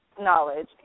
knowledge